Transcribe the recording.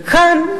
וכאן,